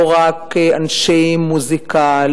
לא רק אנשי מוזיקה,